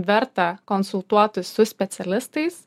verta konsultuotis su specialistais